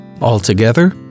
altogether